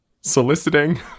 soliciting